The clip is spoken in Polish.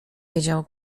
wiedział